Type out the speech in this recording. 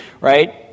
right